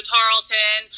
Tarleton